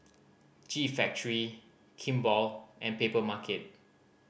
G Factory Kimball and Papermarket